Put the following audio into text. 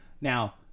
now